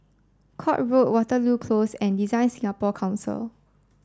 Court Road Waterloo Close and Design Singapore Council